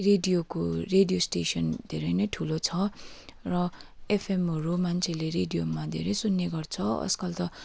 रेडियोको radio station धेरै नै ठुलो छ र एफएमहरू मान्छेले रेडियोमा धेरै सुन्ने गर्छ आजकल त